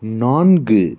நான்கு